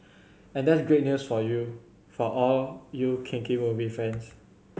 and that's great news for you for all you kinky movie fans